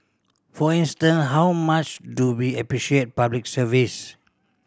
for instance how much do we appreciate Public Service